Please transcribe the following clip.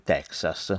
Texas